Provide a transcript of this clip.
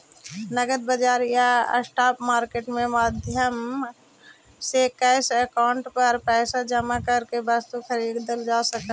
नगद बाजार या स्पॉट मार्केट के माध्यम से कैश काउंटर पर पैसा जमा करके वस्तु खरीदल जा सकऽ हइ